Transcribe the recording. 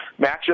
matchup